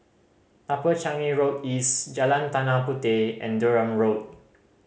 Upper Changi Road East Jalan Tanah Puteh and Durham Road